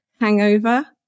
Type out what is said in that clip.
hangover